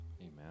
Amen